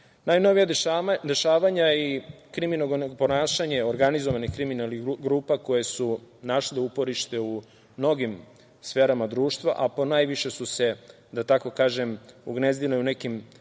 dešavanja i krimogeno ponašanje organizovanih kriminalnih grupa koje su našle uporište u mnogim sferama društva, a ponajviše su se da tako kažem, ugnezdile u nekim